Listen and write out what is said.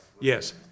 Yes